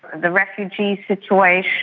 the refugee situation.